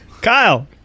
Kyle